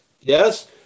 Yes